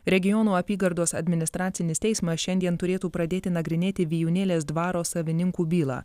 regionų apygardos administracinis teismas šiandien turėtų pradėti nagrinėti vijūnėlės dvaro savininkų bylą